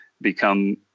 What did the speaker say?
become